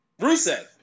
Rusev